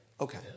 Okay